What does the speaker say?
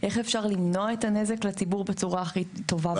איך אפשר למנוע את הנזק לציבור בצורה הכי טובה ויעילה שיש.